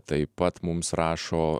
taip pat mums rašo